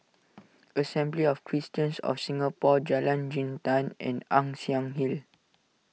Assembly of Christians of Singapore Jalan Jintan and Ann Siang Hill